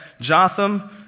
Jotham